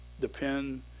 depend